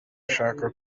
nashaka